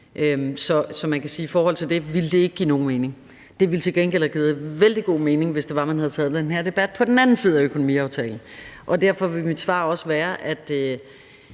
at i forhold til det ville det ikke give nogen mening. Det ville til gengæld have givet vældig god mening, hvis man havde taget den her debat på den anden side af økonomiaftalen. Derfor vil mit svar også være, at